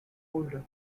older